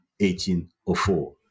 1804